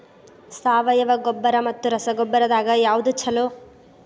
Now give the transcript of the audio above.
ಸಾವಯವ ಗೊಬ್ಬರ ಮತ್ತ ರಸಗೊಬ್ಬರದಾಗ ಯಾವದು ಛಲೋ?